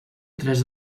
tres